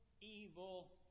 evil